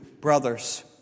brothers